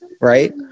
right